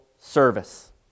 service